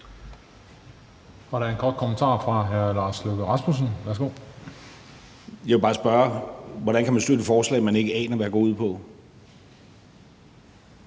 hvordan man kan støtte et forslag, man ikke aner hvad går ud på.